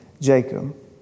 Jacob